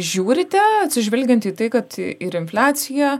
žiūrite atsižvelgiant į tai kad ir infliacija